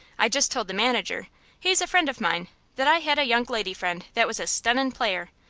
i just told the manager he's a friend of mine that i had a young lady friend that was a stunnin' player,